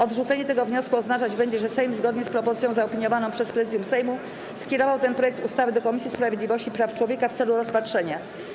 Odrzucenie tego wniosku oznaczać będzie, że Sejm, zgodnie z propozycją zaopiniowaną przez Prezydium Sejmu, skierował ten projekt ustawy do Komisji Sprawiedliwości i Praw Człowieka w celu rozpatrzenia.